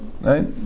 right